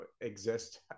exist